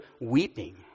weeping